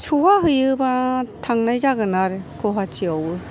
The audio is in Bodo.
सौहा हैयोबा थांनाय जागोन आरो गुवाहाटिआवबो